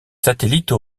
satellites